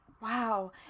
wow